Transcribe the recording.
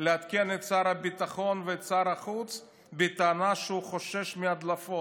לעדכן את שר הביטחון ואת שר החוץ בטענה שהוא חושש מהדלפות.